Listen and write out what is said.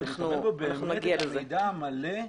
שנקבל פה באמת מידע מלא למה.